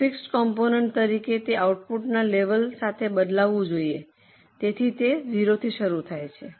એક fixed component તરીકે તે આઉટપુટના લેવલ સાથે બદલાવું જોઈએ તેથી તે 0 થી શરૂ થાય છે